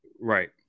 right